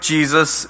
Jesus